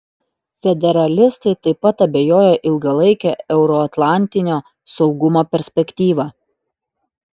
federalistai taip pat abejoja ilgalaike euroatlantinio saugumo perspektyva